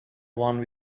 one